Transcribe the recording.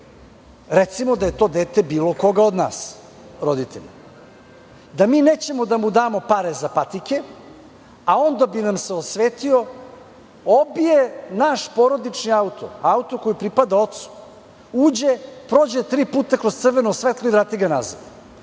recimo da je to dete bilo koga od nas roditelja. Da mi nećemo da mu damo pre za patike, a on da bi nam se osvetio obije naš porodični auto, auto koji pripada ocu, prođe tri puta kroz crveno svetlo i vrati ga nazad.